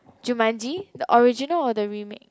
Jumanji the original or the remake